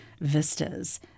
vistas